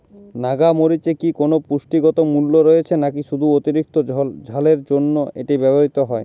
নাগা মরিচে কি কোনো পুষ্টিগত মূল্য রয়েছে নাকি শুধু অতিরিক্ত ঝালের জন্য এটি ব্যবহৃত হয়?